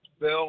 Bill